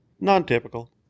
Non-typical